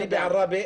אני בעראבה,